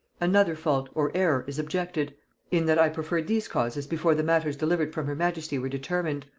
another fault, or error, is objected in that i preferred these causes before the matters delivered from her majesty were determined.